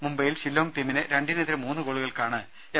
മുംബൈയിൽ ഷില്ലോങ് ടീമിനെ രണ്ടിനെതിരെ മൂന്നു ഗോളുകൾക്കാണ് എം